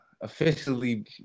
officially